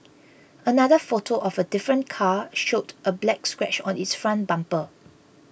another photo of a different car showed a black scratch on its front bumper